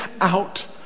out